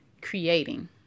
creating